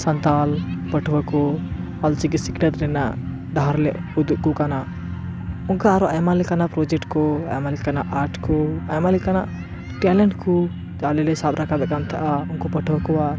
ᱥᱟᱱᱛᱟᱲ ᱯᱟᱹᱴᱷᱩᱣᱟᱹ ᱠᱚ ᱚᱞ ᱪᱤᱠᱤ ᱥᱤᱠᱷᱱᱟᱹᱛ ᱨᱤᱱᱟ ᱰᱟᱦᱟᱨ ᱞᱮ ᱩᱫᱩᱜ ᱟᱠᱚ ᱠᱟᱱᱟ ᱚᱱᱠᱟ ᱟᱨᱚ ᱟᱭᱢᱟ ᱞᱤᱠᱟᱱᱟᱜ ᱯᱨᱚᱡᱮᱠᱴ ᱠᱚ ᱟᱭᱢᱟ ᱞᱮᱠᱟᱱᱟᱱᱟᱜ ᱟᱨᱴ ᱠᱚ ᱟᱭᱢᱟ ᱞᱮᱠᱟᱱᱟᱜ ᱴᱮᱞᱮᱱᱴ ᱠᱚ ᱟᱞᱮ ᱞᱮ ᱥᱟᱵ ᱨᱟᱠᱟᱵ ᱮᱫ ᱠᱟᱱ ᱛᱟᱦᱮᱱᱟ ᱟᱨ ᱩᱱᱠᱩ ᱯᱟᱹᱴᱷᱩᱣᱟᱹ ᱠᱩᱣᱟᱜ